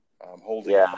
holding